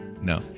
no